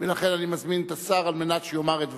לכן אני מזמין את השר כדי שיאמר את דבריו.